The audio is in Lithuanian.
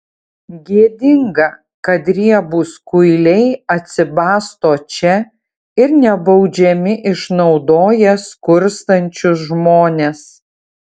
gėdinga kad riebūs kuiliai atsibasto čia ir nebaudžiami išnaudoja skurstančius žmones